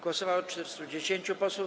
Głosowało 410 posłów.